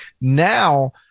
Now